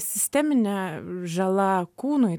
sisteminė žala kūnui